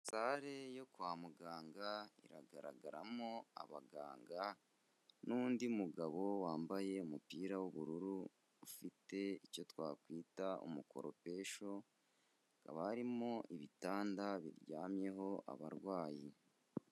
Sale yo kwa muganga iragaragaramo abaganga n'undi mugabo wambaye umupira w'ubururu, ufite icyo twakwita umukoropesho, hakaba barimo ibitanda biryamyeho abarwayi.